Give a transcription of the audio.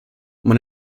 man